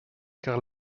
car